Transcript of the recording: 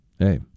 Hey